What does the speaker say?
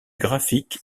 graphique